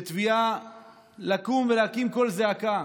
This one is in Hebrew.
לתביעה לקום ולהקים קול זעקה?